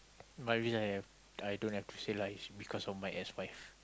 what risk I am I don't have to say lies because of my ex wife